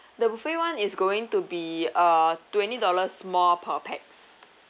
the buffet [one] is going to be uh twenty dollars more per pax